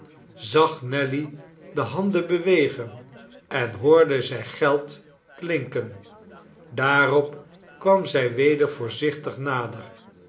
zag nelly de handen bewegen en hoorde zij geld klinken daarop kwam zij weder voorzichtig nader